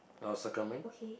I will circle mine